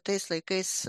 tais laikais